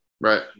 Right